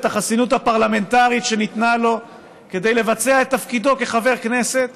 החסינות הפרלמנטרית שניתנה לו כדי לבצע את תפקידו כחבר כנסת